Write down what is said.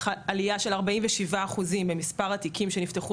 -- עלייה של 47% במספר התיקים שנפתחו